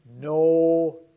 No